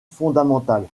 fondamentale